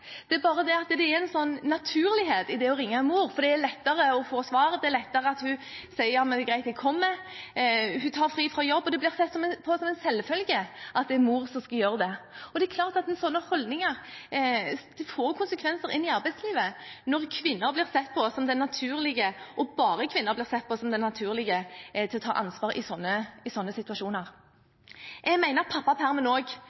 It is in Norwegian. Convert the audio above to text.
Det er bare det at det ligger en naturlighet i det å ringe mor, det er lettere å få svar, det er lettere for henne å si: Ja, det er greit, jeg kommer. Hun tar fri fra jobben, og det blir sett på som en selvfølge at det er en mor som skal gjøre det. Det er klart at slike holdninger får konsekvenser inn i arbeidslivet, når kvinner – og bare kvinner – blir sett på som de som naturlig tar ansvar i slike situasjoner. Jeg mener at pappapermen også er en ting vi må se på og